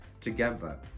together